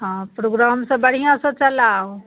हँ प्रोग्राम सब बढ़िआँसँ चलाउ